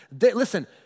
Listen